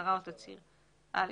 הצהרה או תצהיר (1)